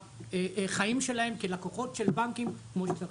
בחיים שלהם כלקוחות של בנקים כמו שצריך.